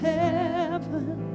heaven